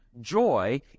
joy